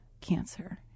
cancer